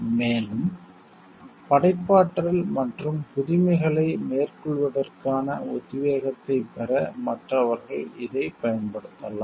மேலும் படைப்பாற்றல் மற்றும் புதுமைகளை மேற்கொள்வதற்கான உத்வேகத்தைப் பெற மற்றவர்கள் இதைப் பயன்படுத்தலாம்